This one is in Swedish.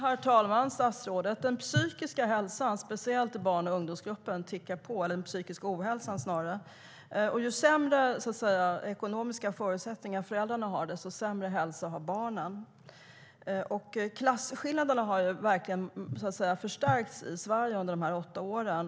Herr talman! Den psykiska ohälsan, speciellt i barn och ungdomsgruppen, tickar på. Ju sämre ekonomiska förutsättningar föräldrarna har, desto sämre hälsa har barnen. Klasskillnaderna har verkligen förstärkts i Sverige under de gångna åtta åren.